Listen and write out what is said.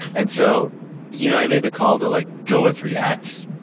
and so you know i made the call to like go with react.